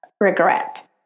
regret